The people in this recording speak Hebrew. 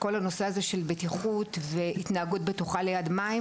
כל הנושא של בטיחות והתנהגות בטוחה ליד מים,